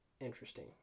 Interesting